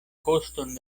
koston